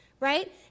Right